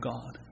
God